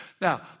Now